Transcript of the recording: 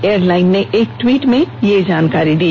airline ने एक tweet में यह जानकारी दी